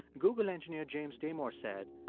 google engineer james damore said,